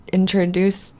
introduce